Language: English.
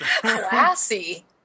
Classy